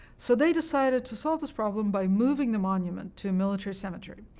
so they decided to solve this problem by moving the monument to a military cemetery.